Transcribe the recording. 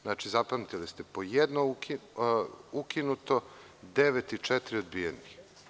Znači, zapamtili ste, po jedno ukinuto, devet i četiri odbijenih.